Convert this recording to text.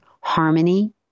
harmony